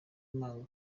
manga